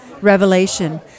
Revelation